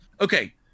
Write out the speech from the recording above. okay